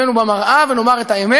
בואו נסתכל על עצמנו במראה ונאמר את האמת: